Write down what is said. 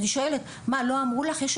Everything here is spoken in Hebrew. ואז אומרים לה, מה לא אמרו לך?